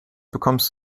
bekommst